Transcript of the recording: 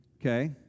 Okay